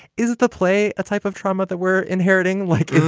is the play a type of trauma that we're inheriting like this